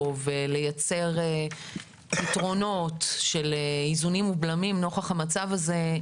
ולייצר פתרונות ואיזונים ובלמים נוכח המצב הזה,